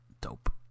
dope